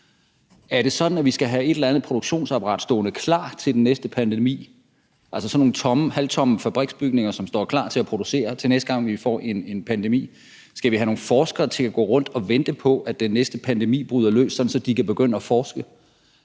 Er det sådan, at vi skal have et eller andet produktionsapparat stående klar til den næste pandemi – altså sådan nogle halvtomme fabriksbygninger, som står klar til, at produktionen kan begynde, næste gang vi får en pandemi? Skal vi have nogle forskere til at gå rundt og vente på, at den næste pandemi bryder løs, sådan at de kan begynde at forske?